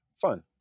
fun